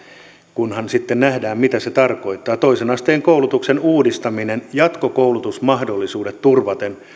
kunhan sitten nähdään mitä se tarkoittaa toisen asteen koulutuksen uudistaminen jatkokoulutusmahdollisuudet turvaten